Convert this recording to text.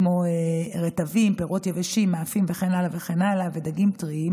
כמו רטבים, פירות יבשים, מאפים ודגים טריים